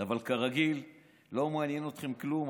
אבל כרגיל, לא מעניין אתכם כלום.